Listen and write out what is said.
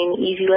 easy